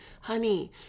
honey